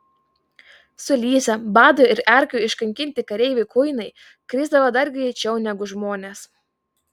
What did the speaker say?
sulysę bado ir erkių iškankinti kareivių kuinai krisdavo dar greičiau negu žmonės